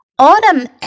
Autumn